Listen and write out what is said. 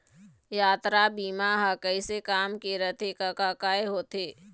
यातरा बीमा ह कइसे काम के रथे कका काय होथे?